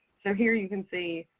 so here you can see